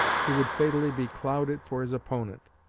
he would fatally becloud it for his opponent.